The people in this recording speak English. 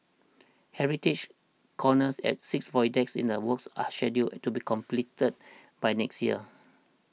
heritage corners at six void decks in the works are scheduled to be completed by next year